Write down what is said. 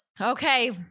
Okay